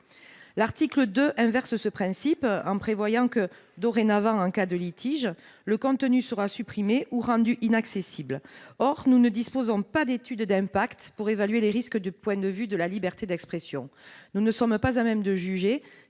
L'article 2 inverse ce principe, en prévoyant que, dorénavant, en cas de litige, le contenu sera supprimé ou rendu inaccessible. Or nous ne disposons pas d'étude d'impact pour évaluer les risques sur la liberté d'expression. En outre, nous ne sommes pas à même de juger